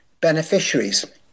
beneficiaries